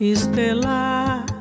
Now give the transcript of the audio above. Estelar